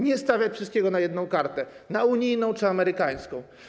Nie stawiać wszystkiego na jedną kartę, unijną czy amerykańską.